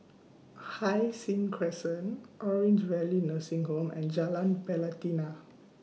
Hai Sing Crescent Orange Valley Nursing Home and Jalan Pelatina